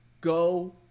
Go